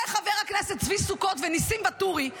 חברי הכנסת צבי סוכות וניסים ואטורי,